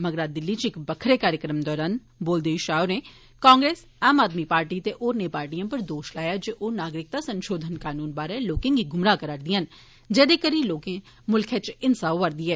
मगरा दिल्ली च इक बक्खरे कार्यक्रम दौरान बोलदे होई शाह होरें कांग्रेस आम आदमी पार्टी ते होरनें पार्टिएं पर दोष लाया जे ओह् नागरिकता संशोधन कानून बारै लोकें गी गुमराह करै'रदिआं न जेह्दे करी मुल्खै च हिंसा होआ'रदी ऐ